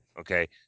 Okay